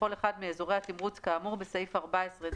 לכל אחד מאזורי התמרוץ כאמור בסעיף 14ד(ו),